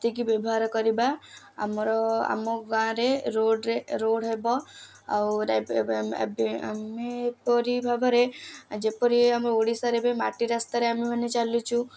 ସେତିକି ବ୍ୟବହାର କରିବା ଆମର ଆମ ଗାଁରେ ରୋଡ଼ରେ ରୋଡ଼ ହେବ ଆଉ ଏବେ ଆମେ ଏପରି ଭାବରେ ଯେପରି ଆମ ଓଡ଼ିଶାରେ ଏବେ ମାଟି ରାସ୍ତାରେ ଆମେ ମାନେ ଚାଲିଛୁ